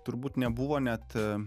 turbūt nebuvo net